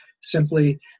simply